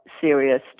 serious